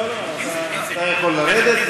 אתה יכול לרדת,